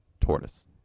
tortoise